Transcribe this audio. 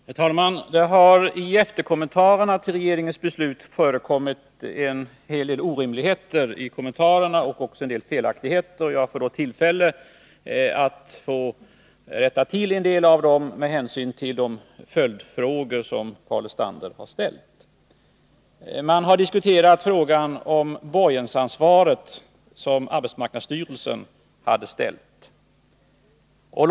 Herr talman! Det har i efterkommentarerna till regeringens beslut förekommit en hel del orimligheter och även en del felaktigheter. Jag får nu tillfälle att rätta till en del av detta i anslutning till de följdfrågor som Paul Lestander har ställt. Man har diskuterat frågan om det borgensansvar som arbetsmarknadsstyrelsen hade ställt.